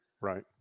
Right